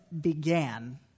began